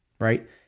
right